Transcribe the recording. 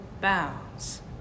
bounds